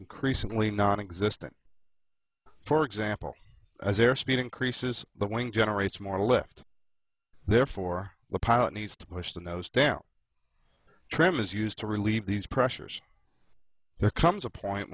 increasingly nonexistent for example as airspeed increases the wing generates more left therefore the pilot needs to push the nose down trim is used to relieve these pressures there comes a point